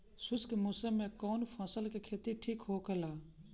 शुष्क मौसम में कउन फसल के खेती ठीक होखेला?